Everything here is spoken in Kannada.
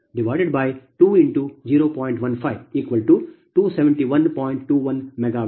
21 MW ಮೆಗಾವ್ಯಾಟ್